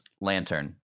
lantern